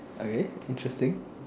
okay interesting